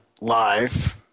live